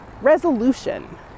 Resolution